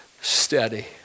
steady